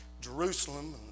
Jerusalem